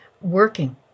working